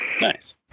nice